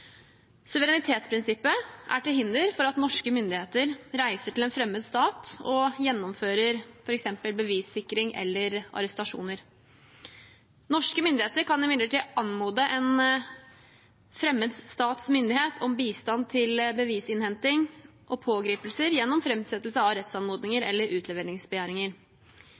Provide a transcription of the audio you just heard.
Suverenitetsprinsippet er til hinder for at norske myndigheter kan reise til en fremmed stat og gjennomføre f.eks. bevissikring eller arrestasjoner. Norske myndigheter kan imidlertid anmode en fremmed stats myndighet om bistand til bevisinnhenting og pågripelser gjennom framsettelse av rettsanmodninger eller utleveringsbegjæringer.